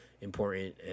important